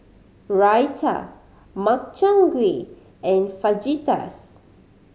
Raita Makchang Gui and Fajitas